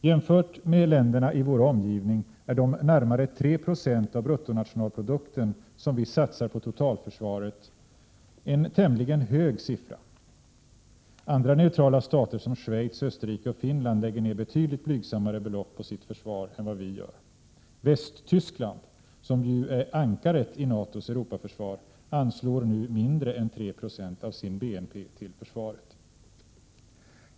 Jämfört med förhållandena i länderna i vår omgivning är de närmare 3 Zo av bruttonationalprodukten som vi satsar på totalförsvaret en tämligen hög siffra. Andra neutrala stater som Schweiz, Österrike och Finland lägger ned betydligt blygsammare belopp på sitt försvar än vad vi gör. Västtyskland, som ju är ankaret i NATO:s Europaförsvar, anslår nu mindre än 3 90 av sin BNP till försvaret.